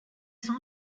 son